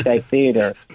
theater